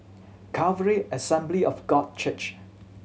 Calvary Assembly of God Church